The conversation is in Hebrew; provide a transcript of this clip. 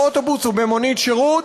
באוטובוס או במונית שירות,